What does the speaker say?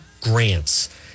grants